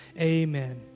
Amen